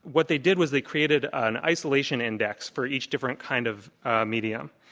what they did was they created an isolation index for each different kind of medium.